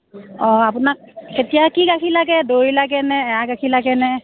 অ' আপোনাক এতিয়া কি গাখীৰ লাগে দৈ লাগে নে এৱা গাখীৰ লাগে নে